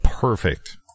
Perfect